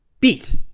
beat